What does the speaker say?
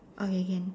okay can